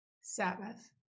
Sabbath